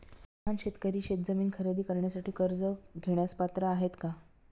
लहान शेतकरी शेतजमीन खरेदी करण्यासाठी कर्ज घेण्यास पात्र आहेत का?